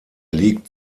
liegt